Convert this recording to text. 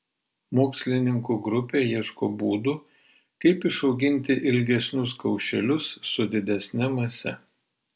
mokslininkų grupė ieško būdų kaip išauginti ilgesnius kaušelius su didesne mase